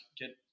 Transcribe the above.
get